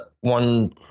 one